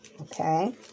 Okay